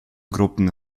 gruppen